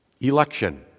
Election